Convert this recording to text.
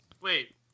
Wait